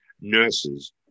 nurses